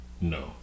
no